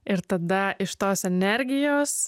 ir tada iš tos energijos